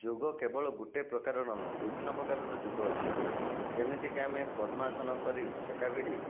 ଯୋଗ କେବଳ ଗୋଟିଏ ପ୍ରକାରର ନୁହଁ ବିଭିନ୍ନ ପ୍ରକାରର ଯୋଗ ଅଛି ଯେମିତିକି ଆମେ ପଦ୍ମାସନ କରି ଚେକା ଭିଡ଼ି